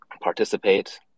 participate